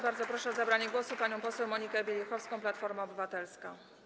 Bardzo proszę o zabranie głosu panią poseł Monikę Wielichowską, Platforma Obywatelska.